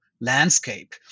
landscape